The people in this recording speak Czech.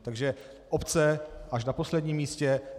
Takže obce až na posledním místě.